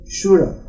Shura